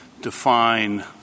define